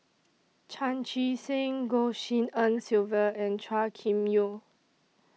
Chan Chee Seng Goh Tshin En Sylvia and Chua Kim Yeow